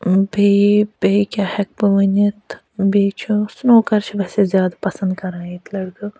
بیٚیہِ بیٚیہِ کیٛاہ ہٮ۪کہٕ بہٕ ؤنِتھ بیٚیہِ چھُ سُنوکَر چھِ ویسے زیادٕ پَسنٛد کران ییٚتہِ لَڑکہٕ